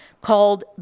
called